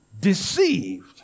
deceived